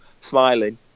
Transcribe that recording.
smiling